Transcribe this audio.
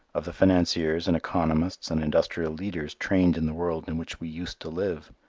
of the financiers and economists and industrial leaders trained in the world in which we used to live.